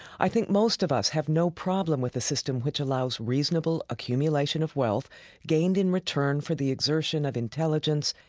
i think most of us have no problem with a system which allows reasonable accumulation accumulation of wealth gained in return for the exertion of intelligence,